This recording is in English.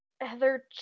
Heather